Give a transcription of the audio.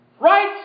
Right